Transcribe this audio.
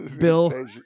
Bill